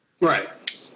Right